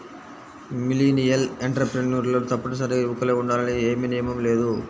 millennial ఎంటర్ప్రెన్యూర్లు తప్పనిసరిగా యువకులే ఉండాలని ఏమీ నియమం లేదు